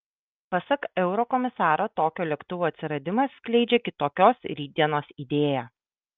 pasak eurokomisaro tokio lėktuvo atsiradimas skleidžia kitokios rytdienos idėją